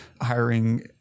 hiring